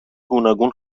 گوناگون